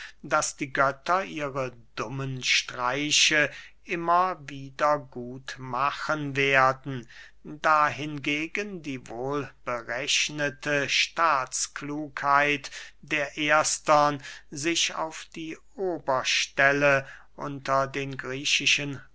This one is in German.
daß die götter ihre dummen streiche immer wieder gut machen werden da hingegen die wohlberechnete staatsklugheit der erstern sich auf die oberstelle unter den griechischen